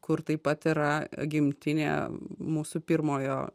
kur taip pat yra gimtinė mūsų pirmojo